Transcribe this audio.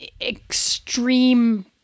extreme